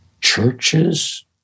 Churches